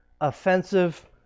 offensive